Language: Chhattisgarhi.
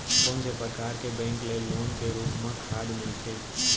कोन से परकार के बैंक ले लोन के रूप मा खाद मिलथे?